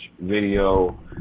video